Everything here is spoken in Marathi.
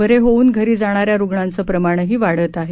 बरे होऊन घरी जाणाऱ्या रुग्णांचं प्रमाणही वाढत आहे